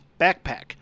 backpack